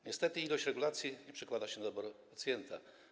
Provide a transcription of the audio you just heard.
Niestety ilość regulacji nie przekłada się na dobro pacjenta.